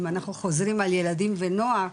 אם אנחנו חוזרים לילדים ונוער,